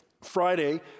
Friday